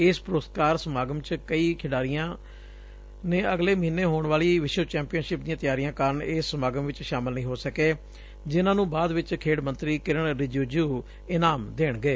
ਇਸ ਪੁਰਸਕਾਰ ਸਮਾਗਮ ਦੇ ਕਈ ਖਿਡਾਰੀ ਅਗਲੇ ਮਹੀਨੇ ਹੋਣ ਵਾਲੀ ਵਿਸ਼ਵ ਚੈਪੀਅਨਸ਼ਿਪ ਦੀਆਂ ਤਿਆਰੀਆਂ ਕਾਰਨ ਇਸ ਸਮਾਗਮ ਚ ਸ਼ਾਮਲ ਨਹੀ ਹੋ ਸਕੇ ਜਿਨ੍ਹਾਂ ਨੂੰ ਬਾਅਦ ਚ ਖੇਡ ਮੰਤਰੀ ਕਿਰਣ ਰਿਜਿਜ੍ਹ ਇਨਾਮ ਦੇਣਗੇ